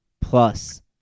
plus